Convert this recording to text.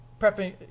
prepping